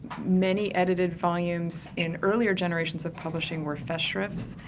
many edited volumes in earlier generations of publishing, were festschrifts,